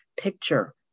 picture